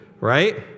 right